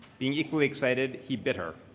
being equally excited, he bit her.